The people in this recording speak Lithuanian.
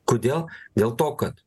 kodėl dėl to kad